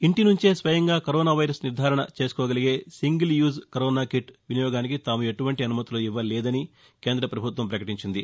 ఇంటినుంచే స్వయంగా corona virus నిర్దారణ చేసుకోగలిగే సింగిల్ యూజ్ కరోనా కిట్ వినియోగానికి తాము ఎటువంటి అనుమతులు ఇవ్వలేదని కేంద్ర పభుత్వం నిన్న పకటించింది